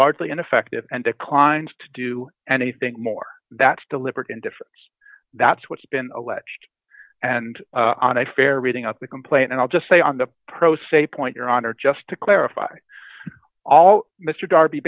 largely ineffective and declines to do anything more that deliberate indifference that's what's been alleged and on a fair reading of the complaint and i'll just say on the pro se point your honor just to clarify all mr darby